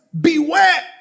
beware